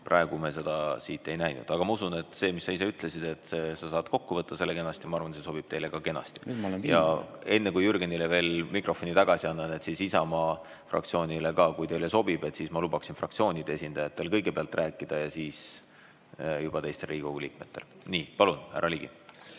Praegu me seda siit ei näinud. Aga ma usun, et see, mis sa ise ütlesid, et sa saad selle kenasti kokku võtta, ma arvan, sobib teile kenasti. Enne kui Jürgenile mikrofoni tagasi annan, siis Isamaa fraktsioonile ütlen ka: kui teile sobib, siis ma lubaksin fraktsioonide esindajatel kõigepealt rääkida ja siis juba teistel Riigikogu liikmetel. Nii, palun, härra Ligi!